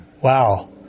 Wow